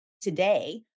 today